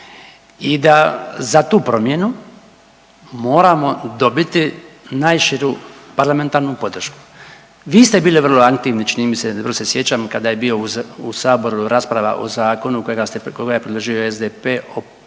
I da za tu promjenu moramo dobiti najširu parlamentarnu podršku. Vi ste bili vrlo aktivni čini mi se, dobro se sjećam kada je bio u saboru rasprava o zakonu kojega je predložio SDP o pravu